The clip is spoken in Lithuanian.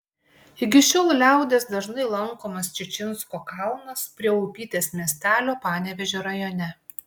iki šiol liaudies dažnai lankomas čičinsko kalnas prie upytės miestelio panevėžio rajone